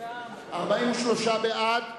וזאת ההסתייגות.